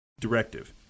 Directive